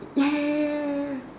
ya ya ya ya ya ya ya